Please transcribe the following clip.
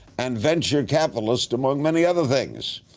and venture capitalist among many other things.